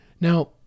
Now